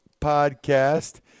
podcast